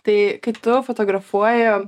tai kaip tu fotografuoji